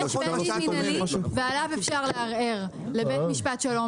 יש בית דין מנהלי ועליו אפשר לערער לבית משפט שלום